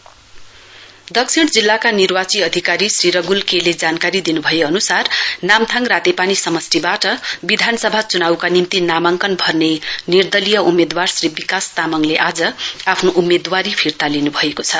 nomination withdrawal दक्षिण जिल्लाका निर्वाची अधिकारी श्री रगुल के ले जानकारी दिनुभए अनुसार नाम्थाङ रातेपानी समष्टिबाट विधानसभा चुनाउका निम्ति नामाङ्कन भर्ने निर्दलीय उम्मेदवार श्री विकास तामङले आज आफ्नो उम्मेदवारी फिर्ता लिनुभएको छ